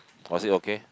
was it okay